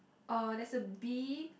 uh there's a bee